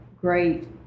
great